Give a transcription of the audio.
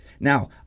Now